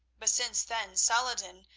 but since then saladin,